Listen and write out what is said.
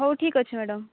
ହଉ ଠିକ୍ ଅଛି ମ୍ୟାଡ଼ାମ୍